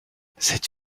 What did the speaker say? cette